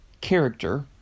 character